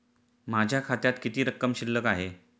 माझ्या खात्यात किती रक्कम शिल्लक आहे?